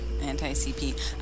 anti-CP